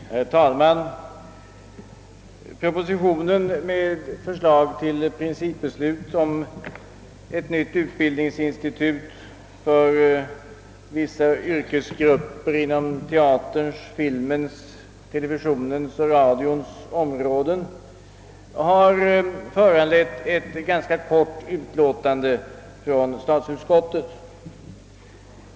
Herr talman! Propositionen med förslag till principbeslut om en ny utbildningsinstitution för vissa yrkesgrupper inom teaterns, filmens, televisionens och radions område har föranlett ett ganska kort utlåtande från statsutskottet.